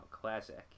classic